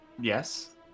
yes